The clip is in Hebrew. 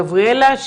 גבריאלה,